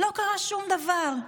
לא קרה שום דבר.